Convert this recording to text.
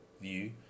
view